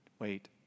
Wait